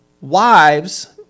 wives